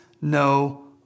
no